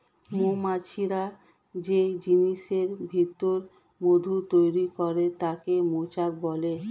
মৌমাছিরা যেই জিনিসের ভিতর মধু তৈরি করে তাকে মৌচাক বলে